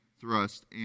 thrust